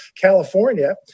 California